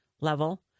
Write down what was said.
level